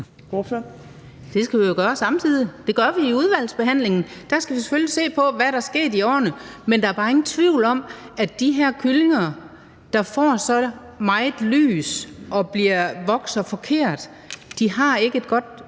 Det skal vi jo gøre samtidig, og det gør vi i udvalgsbehandlingen. Der skal vi selvfølgelig se på, hvad der er sket over årene. Der er bare ingen tvivl om, at de her kyllinger, der får så meget lys og vokser forkert, ikke har et godt